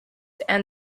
and